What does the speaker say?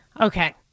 Okay